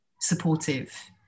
supportive